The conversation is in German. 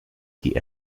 die